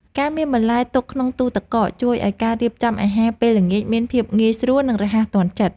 ការមានបន្លែទុកក្នុងទូទឹកកកជួយឱ្យការរៀបចំអាហារពេលល្ងាចមានភាពងាយស្រួល និងរហ័សទាន់ចិត្ត។